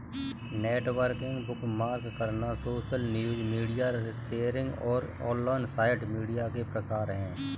networking, bookmark करना, social news, media sharing और online site media के प्रकार हैं